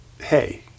hey